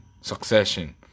Succession